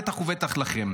ובטח ובטח לכם.